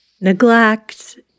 neglect